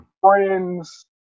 friends